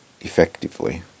effectively